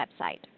website